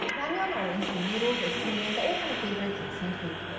ramyeon, or instant noodles, is koreans' all-time favorite instant food.